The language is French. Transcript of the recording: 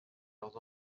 leurs